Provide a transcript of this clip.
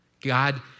God